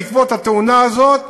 בעקבות התאונה הזאת,